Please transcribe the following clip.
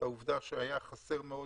העובדה שהיה חסר מאוד